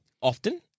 Often